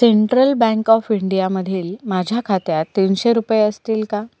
central Bank of इंडियामधील माझ्या खात्यात तीनशे रुपये असतील का